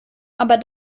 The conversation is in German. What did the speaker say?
aber